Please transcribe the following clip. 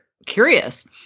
curious